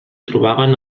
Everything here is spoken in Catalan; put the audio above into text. trobaven